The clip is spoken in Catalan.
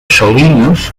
salines